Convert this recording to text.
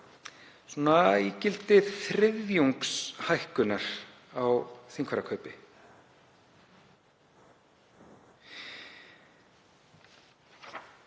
ígildi þriðjungshækkunar á þingfararkaupi.